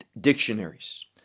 dictionaries